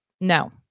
no